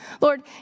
Lord